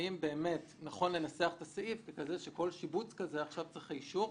האם באמת נכון לנסח את הסעיף ככזה שכל שיבוץ כזה עכשיו צריך אישור.